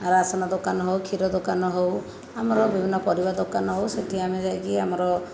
ration ଦୋକାନ ହେଉ କ୍ଷୀର ଦୋକାନ ହେଉ ଆମର ବିଭିନ୍ନ ପରିବା ଦୋକାନ ହେଉ ସେଠି ଆମେ ଯାଇକି ଆମର